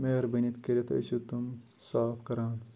مہربٲنی کٔرِتھ ٲسِو تم صاف کَران